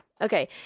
Okay